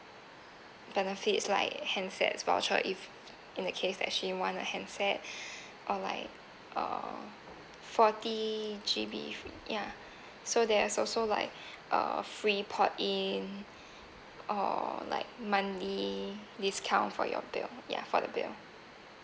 benefits like handsets voucher if in the case that she want a handset or like uh forty G_B ya so there's also like uh free port in or like monthly discount for your bill ya for the bill